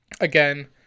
Again